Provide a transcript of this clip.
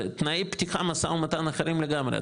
זה תנאיי פתיחה משא ומתן אחרים לגמרי.